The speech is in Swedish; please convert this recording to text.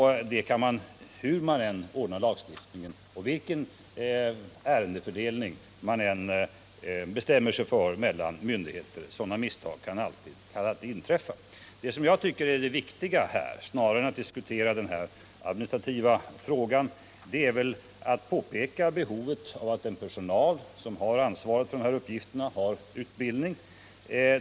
Hur man än ordnar lagstiftningen och vilken ärendefördelning man än bestämmer sig för mellan myndigheterna kan misstag alltid inträffa. Det som jag tycker är det viktiga här — snarare än att diskutera den administrativa frågan — är att peka på behovet av att den personal som har ansvaret för de här uppgifterna har utbildning.